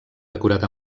decorat